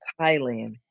thailand